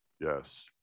yes